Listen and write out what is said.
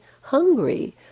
hungry